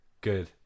good